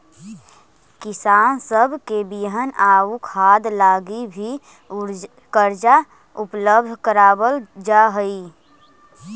किसान सब के बिहन आउ खाद लागी भी कर्जा उपलब्ध कराबल जा हई